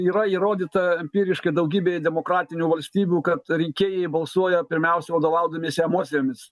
yra įrodyta empiriškai daugybėje demokratinių valstybių kad rinkėjai balsuoja pirmiausia vadovaudamiesi emocijomis